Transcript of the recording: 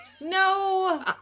No